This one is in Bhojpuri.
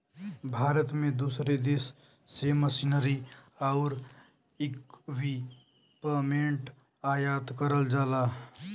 भारत में दूसरे देश से मशीनरी आउर इक्विपमेंट आयात करल जाला